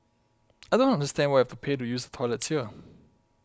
I don't understand why we have to pay to use the toilets here